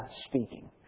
speaking